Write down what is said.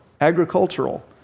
agricultural